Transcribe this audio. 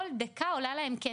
כל דקה עולה להם כסף,